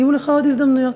יהיו לך עוד הזדמנויות.